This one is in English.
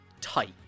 type